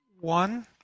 One